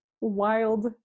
wild